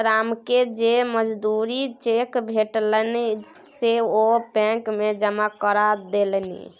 रामकेँ जे मजूरीक चेक भेटलनि से ओ बैंक मे जमा करा देलनि